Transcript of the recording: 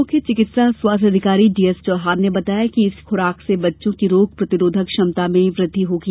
मुख्य चिकित्सा स्वास्थ्य अधिकारी डीएस चौहान ने बताया कि यह खुराक से बच्चों की रोग प्रतिरोध क्षमता में वृद्धि होती है